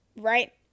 Right